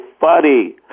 funny